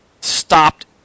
stopped